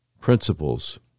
principles